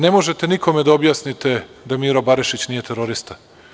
Ne možete nikome da objasnite da Miro Barešić nije terorista.